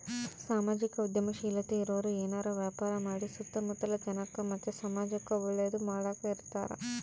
ಸಾಮಾಜಿಕ ಉದ್ಯಮಶೀಲತೆ ಇರೋರು ಏನಾರ ವ್ಯಾಪಾರ ಮಾಡಿ ಸುತ್ತ ಮುತ್ತಲ ಜನಕ್ಕ ಮತ್ತೆ ಸಮಾಜುಕ್ಕೆ ಒಳ್ಳೇದು ಮಾಡಕ ಇರತಾರ